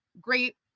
great